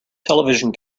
television